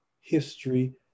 history